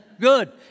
Good